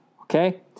Okay